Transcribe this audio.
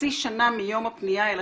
חצי שנה מיום הפנייה אליכם,